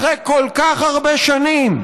אחרי כל כך הרבה שנים,